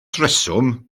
rheswm